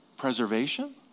Preservation